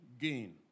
gain